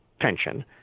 Pension